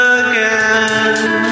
again